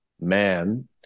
man